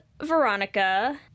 Veronica